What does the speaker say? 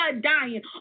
dying